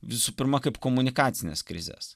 visų pirma kaip komunikacines krizes